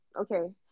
okay